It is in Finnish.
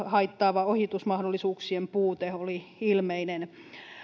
haittaava ohitusmahdollisuuksien puute oli ilmeinen